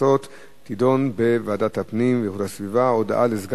ההצתות תידון בוועדת הפנים והגנת הסביבה.